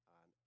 on